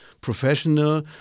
professional